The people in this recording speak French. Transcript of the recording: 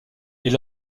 est